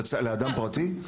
לאדם פרטי?